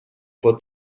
pot